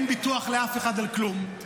אין ביטוח לאף אחד על כלום.